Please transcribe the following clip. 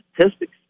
statistics